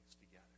together